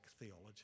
theology